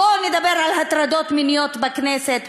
בואו נדבר על הטרדות מיניות בכנסת,